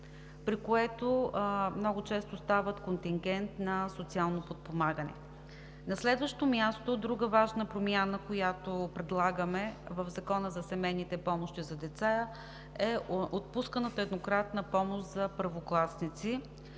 При това много често стават контингент на социалното подпомагане. На следващо място, друга важна промяна, която предлагаме в Закона за семейните помощи за деца, е отпусканата еднократна помощ за първокласници